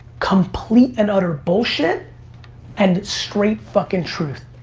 complete and utter bullshit and straight fucking truth.